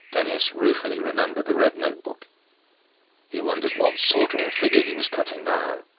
denis ruefully remembered the red notebook he wondered what sort of a figure he was cutting now.